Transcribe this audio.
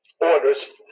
orders